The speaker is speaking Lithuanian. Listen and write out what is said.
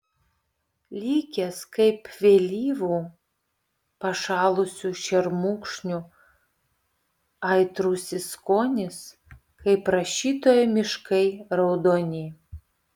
likęs kaip vėlyvų pašalusių šermukšnių aitrusis skonis kaip rašytojo miškai raudoni